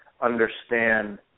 understand